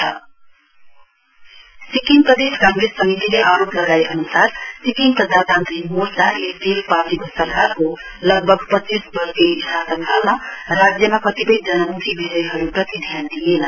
SPCC Sikkim Pradesh Congress समितिले आरोप लगाए अनुसार सिक्किम प्रजतान्त्रिक मोर्चा एसडिएफ पार्टी सरकारको लगभग पञ्चीस वर्ष शाषण कालमा राज्यमा कतिपय जनमुखी विषयहरुप्रति ध्यान दिइएन